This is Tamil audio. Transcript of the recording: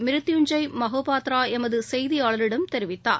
மிருத்புஞ்சய் மஹோபாத்ரா எமது செய்தியாளரிடம் தெரிவித்தார்